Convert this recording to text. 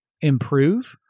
improve